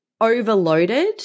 overloaded